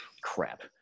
Crap